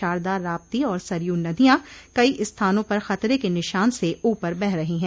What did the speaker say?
शारदा राप्ती और सरयू नदियां कई स्थानों पर खतरे के निशान से ऊपर बह रही है